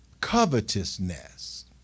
covetousness